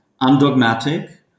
undogmatic